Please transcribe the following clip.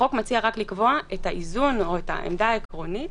החוק מציע רק לקבוע את העמדה העקרונית